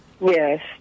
Yes